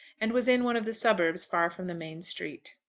and was in one of the suburbs far from the main street.